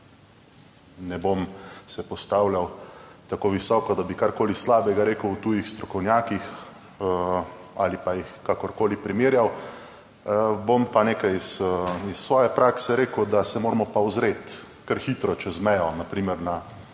Ne bom se postavljal tako visoko, da bi karkoli slabega rekel o tujih strokovnjakih ali pa jih kakorkoli primerjal, bom pa nekaj iz svoje prakse rekel. Da se moramo pa ozreti kar hitro čez mejo, na primer na